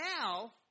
now